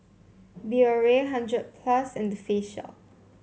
Biore hundred plus and The Face Shop